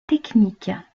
techniques